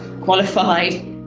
qualified